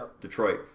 Detroit